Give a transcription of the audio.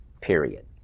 Period